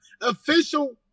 Official